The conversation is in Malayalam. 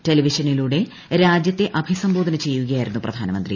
ടെലിവിഷനിലൂടെ രാജ്യത്തെ അഭിസംബോധന ചെയ്യുകയായിരുന്നു പ്രധാനമന്ത്രി